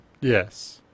Yes